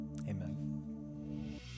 Amen